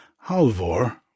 Halvor